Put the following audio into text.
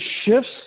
shifts